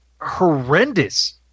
horrendous